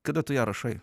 kada tu ją rašai